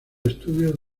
estudios